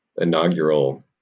inaugural